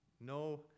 no